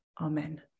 Amen